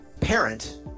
parent